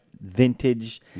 vintage